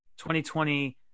2020